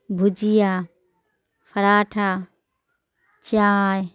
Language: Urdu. بھجیا پراٹھا چائے